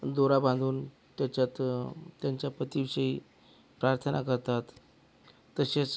दोरा बांधून त्याच्यात त्यांच्या पतीविषयी प्रार्थना करतात तसेच